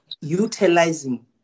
utilizing